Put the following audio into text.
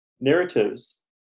Narratives